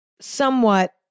somewhat